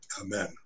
Amen